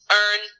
earn